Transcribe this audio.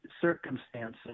circumstances